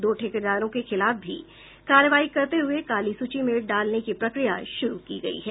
दो ठेकेदारों के खिलाफ भी कार्रवाई करते हुए काली सूची में डालने की प्रकिया शुरू की गई है